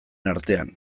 artean